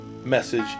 message